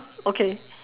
okay